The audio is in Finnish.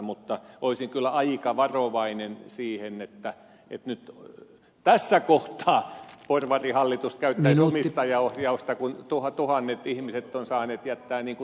mutta olisin kyllä aika varovainen siinä että nyt tässä kohtaa porvarihallitus käyttäisi omistajaohjausta kun tuhannet ihmiset ovat saaneet jättää työpaikkansa